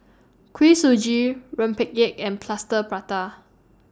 Kuih Suji Rempeyek and Plaster Prata